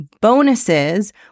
bonuses